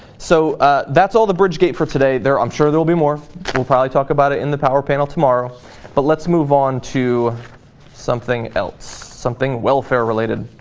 so ah that's all the bridge gate for today there i'm sure they'll be more prolly talk about ah in the power panel tomorrow but let's move on to something else something welfare related